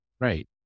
Right